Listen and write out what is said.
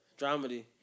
Dramedy